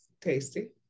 tasty